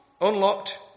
Unlocked